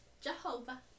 Jehovah